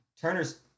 Turner's